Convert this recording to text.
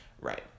Right